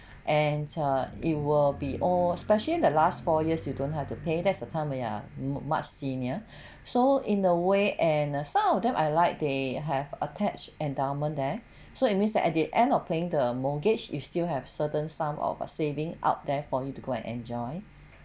and err it will be or especially the last four years you don't have to pay that is the time when you are much senior so in a way and some of them I like they have attached endowment there so it means that at the end of paying the mortgage you still have certain sum of a saving out there for you to go and enjoy